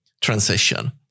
transition